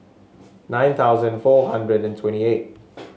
nine thousand four hundred and twenty eight